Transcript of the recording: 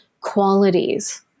qualities